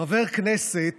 "חבר כנסת